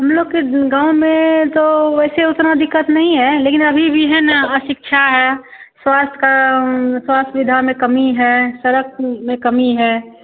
हम लोग के गाँव में तो वैसे उतनी दिक्कत नहीं है लेकिन अभी भी है ना अशिक्षा है स्वास्थ्य का स्वास्थ्य सुविधा में कमी है सड़क में कमी है